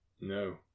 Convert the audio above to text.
No